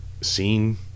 scene